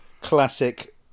classic